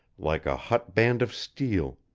like a hot band of steel,